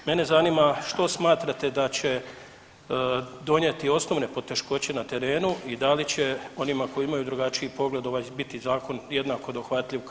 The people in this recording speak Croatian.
Mene zanima što smatrate da će donijeti osnovne poteškoće na terenu i da li će onima koji imaju drugačiji pogled ovaj biti zakon jednako dohvatljiv kao i vama.